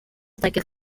ataque